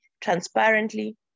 transparently